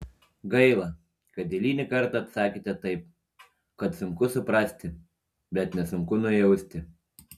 gaila kad eilinį kartą atsakėte taip kad sunku suprasti bet nesunku nujausti